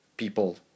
people